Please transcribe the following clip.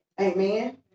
Amen